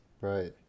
Right